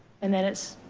and then it's